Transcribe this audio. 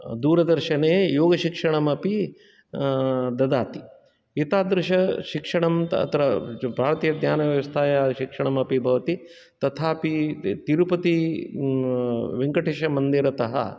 दूरदर्शने योगशिक्षणमपि ददाति एतादृश शिक्षणम् तत्र भारतीयज्ञानव्यवस्थायाः शिक्षणमपि भवति तथापि तिरुपति वेङ्कटेशमन्दिरतः